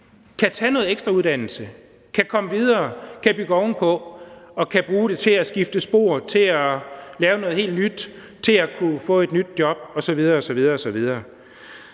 kan tage noget ekstrauddannelse, kan komme videre, kan bygge ovenpå og kan bruge det til at skifte spor til at lave noget helt nyt, til at få et nyt job osv. osv. Så